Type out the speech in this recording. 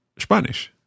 Spanisch